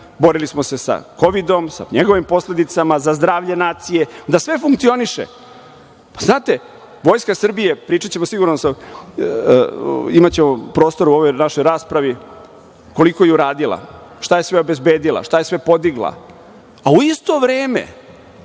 borili smo se sa Kovidom, sa njegovim posledicama za zdravlje nacije, da sve funkcioniše. Znate, Vojska Srbije je, pričaćemo siguran sam, imaćemo prostora u ovoj našoj raspravi, koliko je uradila, šta je sve obezbedila, šta je sve podigla, a u isto vreme